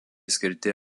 skirti